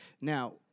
Now